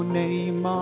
name